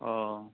অ